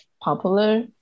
popular